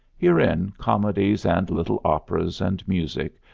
herein comedies and little operas and music,